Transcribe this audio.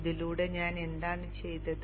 ഇതിലൂടെ ഞാൻ എന്താണ് ചെയ്തത്